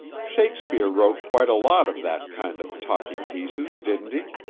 shakespeare wrote quite a lot of that kind of talking pieces, didn't he?